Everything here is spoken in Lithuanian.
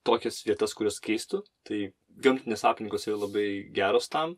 tokias vietas kurios keistų tai gamtinės aplinkos yra labai geros tam